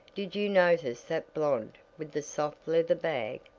did you notice that blonde with the soft leather bag?